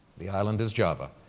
the island is java.